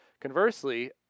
Conversely